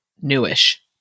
newish